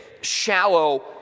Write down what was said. shallow